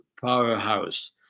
powerhouse